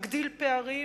מגדיל פערים,